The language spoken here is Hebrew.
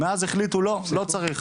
מאז החליטו לא, לא צריך.